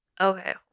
Okay